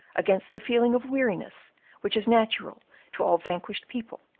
against the feeling of weariness which is natural to all vanquished people,